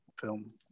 film